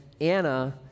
Anna